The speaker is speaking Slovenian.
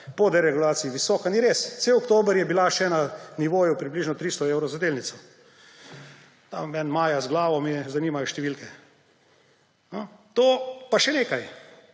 po deregulaciji visoka. Ni res! Cel oktober je bila še na nivoju približno 300 evrov za delnico. Tamle eden maje z glavo, ga ne zanimajo številke. Pa še nekaj,